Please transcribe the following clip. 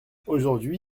aujourd’hui